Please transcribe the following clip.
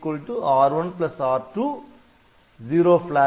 R0 R1 R2 zero கொடி நிறுவப்பட்டு இருந்தால்